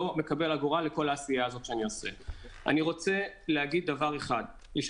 אני לא מקבל אגורה עבור כל העשייה הזאת שאני עושה.